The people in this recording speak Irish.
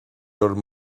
orainn